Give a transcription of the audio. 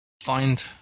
find